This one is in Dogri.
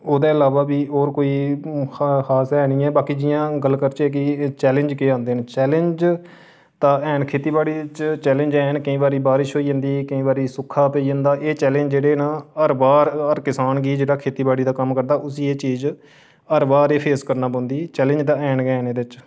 ओह्दे इलावा बी और कोई खास है निं ऐ बाकी जि'यां गल्ल करचै कि चैलंज के आंदे न चैलंज च ते हैन खेती बाडी च चैलंज हैन केईं बारी बारश होई जंदी केंई बारी सूखा पेई जंदा ऐ चैलंज जेह्ड़े न हर बार हर किसान गी जेह्ड़ा खेती बाड़ी दा क्मम करदा उस्सी एह् चीज हर बार फेस करना पौंदी चैलंज ते हैन गै हैन एह्दे बिच्च